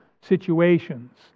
situations